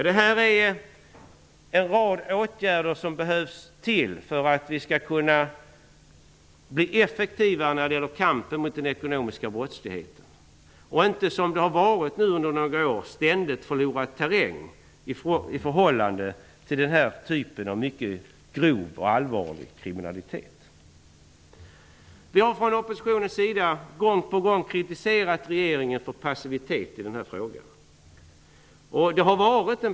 Detta är en rad åtgärder som behövs för att vi skall kunna bli effektiva i kampen mot den ekonomiska brottsligheten och inte -- så som det har varit under några år -- ständigt förlora terräng i förhållande till den här typen av mycket grov och allvarlig kriminalitet. Från oppositionens sida har vi gång på gång kritiserat regeringen för passivitet i den här frågan.